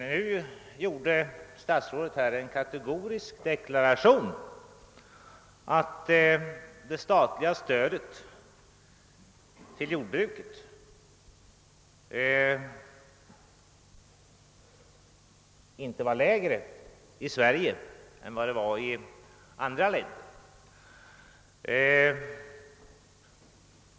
Nu gjorde statsrådet nämligen en kategorisk deklaration, att det statliga stödet till jordbruket inte är lägre i Sverige än vad det är i andra länder.